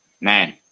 man